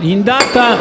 in data